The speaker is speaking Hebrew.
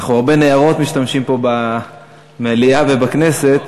אנחנו משתמשים בהרבה ניירות במליאה ובכנסת.